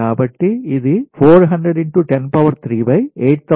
కాబట్టి ఇది 4001038760 45